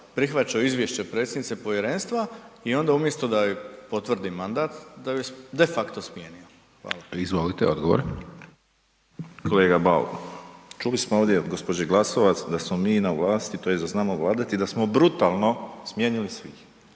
prihvaćao Izvješće predsjednice povjerenstva i onda umjesto da joj potvrdi mandat da joj de facto smijenio. **Hajdaš Dončić, Siniša (SDP)** Izvolite, odgovor. **Borić, Josip (HDZ)** Kolega Bauk, čuli smo ovdje od gđe. Glasovac da smo mi na vlasti, tj. da znamo vladati i da smo brutalno smijenili svih.